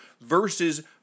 versus